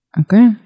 Okay